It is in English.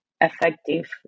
effective